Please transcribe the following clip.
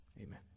amen